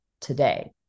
today